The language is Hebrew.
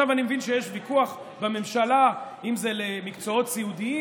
עכשיו אני מבין שיש פיקוח בממשלה אם זה למקצועות סיעודיים,